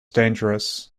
dangerous